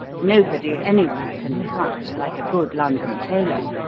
nobody anywhere can cut like a good london tailor.